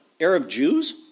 Arab-Jews